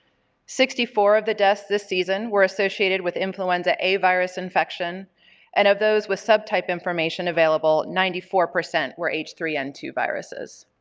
sixty four of the deaths this season were associated with influenza a virus infection and of those with subtype information available ninety four percent were h two n two viruses.